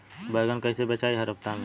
बैगन कईसे बेचाई हर हफ्ता में?